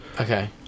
Okay